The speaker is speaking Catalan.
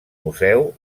museu